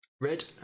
red